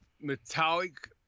metallic